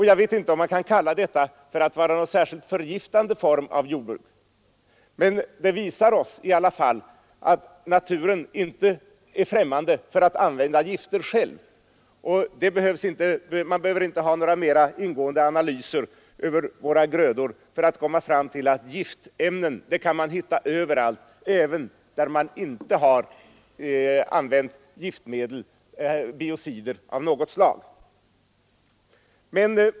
Jag vet inte om man kan kalla detta för en förgiftande form av jordbruk, men det visar oss i alla fall att naturen själv inte är främmande för att använda gifter. Man behöver inte göra några mera ingående analyser av våra grödor för att komma fram till att man kan hitta giftämnen överallt — även där man tidigare inte använt biocider av något slag.